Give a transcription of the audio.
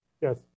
Yes